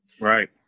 right